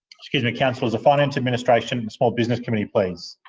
excuse me, councillors, the finance, administration and small business committee, please.